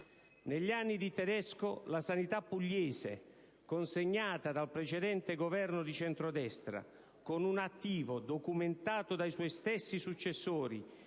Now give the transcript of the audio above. Negli anni di Tedesco la sanità pugliese, consegnata dal precedente governo di centrodestra con un attivo, documentato dai suoi stessi successori,